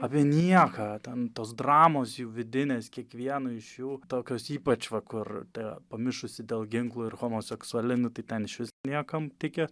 apie nieką ten tos dramos jų vidinės kiekvieno iš jų tokios ypač va kur ta pamišusi dėl ginklų ir homoseksuali nu tai ten išvis niekam tikę